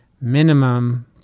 minimum